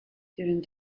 during